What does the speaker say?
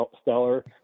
stellar